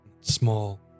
Small